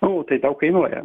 o tai tau kainuoja